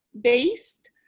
based